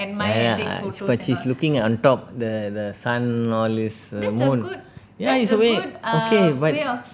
ya lah but she's looking on top the the sun all this err moon ya it's great okay but